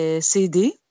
CD